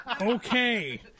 Okay